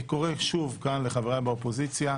אני קורא שוב כאן לחבריי באופוזיציה: